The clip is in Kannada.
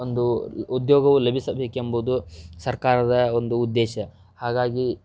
ಒಂದು ಉದ್ಯೋಗವು ಲಭೀಸಬೇಕೆಂಬುದು ಸರ್ಕಾರದ ಒಂದು ಉದ್ದೇಶ ಹಾಗಾಗಿ